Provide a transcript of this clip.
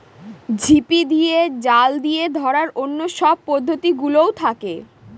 ঝিপি দিয়ে, জাল দিয়ে ধরার অন্য সব পদ্ধতি গুলোও থাকে